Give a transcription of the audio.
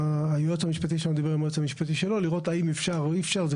היועץ המשפטי שם דיבר עם היועץ המשפטי שלו לראות האם אפשר או אי אפשר.